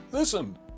Listen